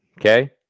okay